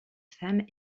femme